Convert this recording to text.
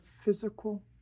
physical